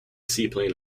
seaplane